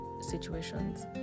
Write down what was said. situations